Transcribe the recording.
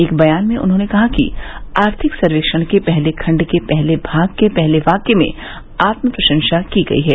एक बयान में उन्होंने कहा कि आर्थिक सर्वेक्षण के पहले खण्ड के पहले भाग के पहले वाक्य में आत्मप्रशंसा की गई है